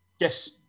Yes